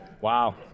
Wow